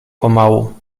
pomału